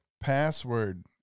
password